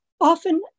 often